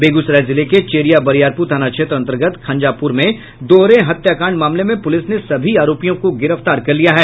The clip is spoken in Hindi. बेगूसराय जिले के चेरिया बरियारपुर थाना क्षेत्र अंतर्गत खंजापुर में दोहरे हत्याकांड मामले में पूलिस ने सभी आरोपियों को गिरफ्तार कर लिया है